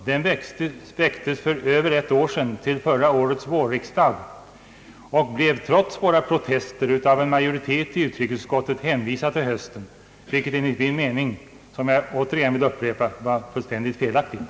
Den väcktes för över ett år sedan, under förra årets vårriksdag, men den blev — trots våra protester — hänvisad till höstriksdagen av en majoritet i utskottet. Detta var enligt min mening alldeles felaktigt, vilket jag har sagt förr men än en gång vill påpeka.